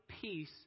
peace